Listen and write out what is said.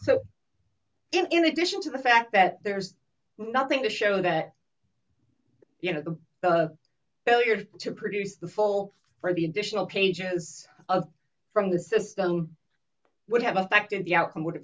so in addition to the fact that there's nothing to show that you know the failure to produce the fall for the additional pages of from the system would have affected the outcome would have